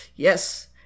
Yes